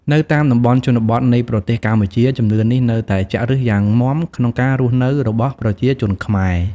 នៅតាមតំបន់ជនបទនៃប្រទេសកម្ពុជា ជំនឿនេះនៅតែចាក់ឬសយ៉ាងមាំក្នុងការរស់នៅរបស់ប្រជាជនខ្មែរ។